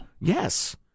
Yes